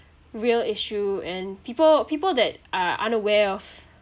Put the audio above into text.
real issue and people people that are unaware of